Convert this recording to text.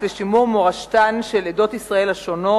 לשימור מורשתן של עדות ישראל השונות,